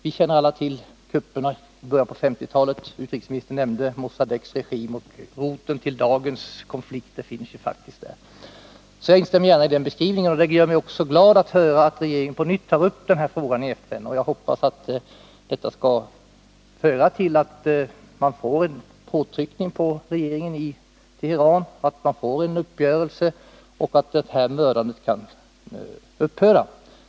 Vi känner alla till kupperna i början på 1950-talet. Utrikesministern nämnde Mossadeqs regim. Roten till dagens konflikter finns ju faktiskt är. Den beskrivningen instämmer jag alltså i. Jag är också glad att höra att regeringen på nytt tar upp den här frågan i FN, och jag hoppas att detta skall leda till att det blir en påtryckning på regeringen i Teheran, att man får en uppgörelse och att mördandet kan upphöra.